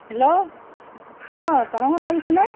hello অঁ তৰঙত লাগিছেনে